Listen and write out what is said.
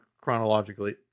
chronologically